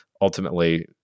ultimately